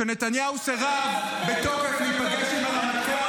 כשנתניהו סירב בתוקף להיפגש עם הרמטכ"ל